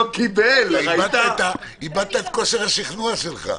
איבדת את כושר השכנוע שלך.